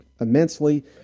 immensely